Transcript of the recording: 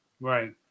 Right